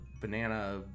banana